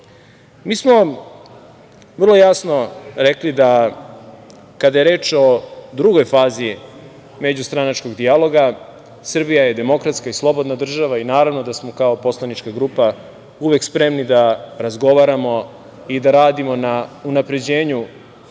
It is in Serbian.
smo vrlo jasno rekli da kada je reč o drugoj fazi međustranačkog dijaloga Srbija je demokratska i slobodna država i naravno da smo kao poslanička grupa uvek spremni da razgovaramo i da radimo na unapređenju